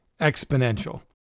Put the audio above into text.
Exponential